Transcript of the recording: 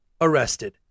arrested